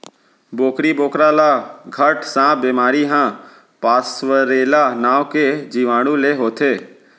बोकरी बोकरा ल घट सांप बेमारी ह पास्वरेला नांव के जीवाणु ले होथे